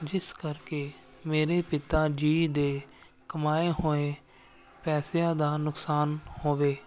ਜਿਸ ਕਰਕੇ ਮੇਰੇ ਪਿਤਾ ਜੀ ਦੇ ਕਮਾਏ ਹੋਏ ਪੈਸਿਆਂ ਦਾ ਨੁਕਸਾਨ ਹੋਵੇ